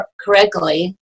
correctly